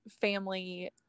family